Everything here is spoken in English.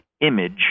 image